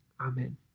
Amen